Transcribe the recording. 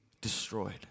destroyed